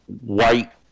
white